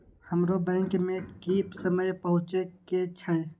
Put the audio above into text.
हमरो बैंक में की समय पहुँचे के छै?